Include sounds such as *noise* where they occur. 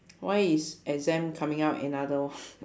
why is exam coming out another *laughs*